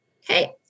hey